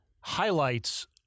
highlights